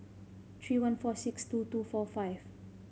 three one four six two two four five